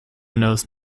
knows